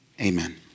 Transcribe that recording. Amen